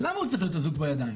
למה הוא צריך להיות אזוק בידיים?